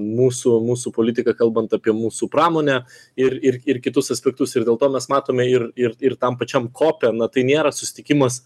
mūsų mūsų politika kalbant apie mūsų pramonę ir ir ir kitus aspektus ir dėl to mes matome ir ir ir tam pačiam kope na tai nėra susitikimas